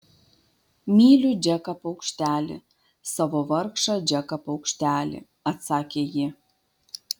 myliu džeką paukštelį savo vargšą džeką paukštelį atsakė ji